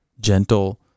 gentle